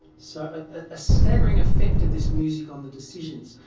so a staggering effect of this music on the decisions.